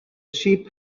sheep